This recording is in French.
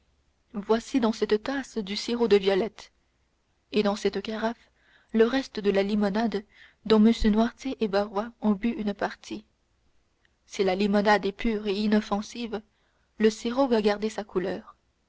voici dans cette tasse du sirop de violettes et dans cette carafe le reste de la limonade dont m noirtier et barrois ont bu une partie si la limonade est pure et inoffensive le sirop va garder sa couleur